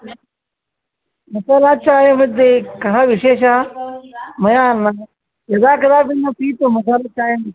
महिलाचायमध्ये कः विशेषः मया न यदा कदापि न अपि मसालाचायम्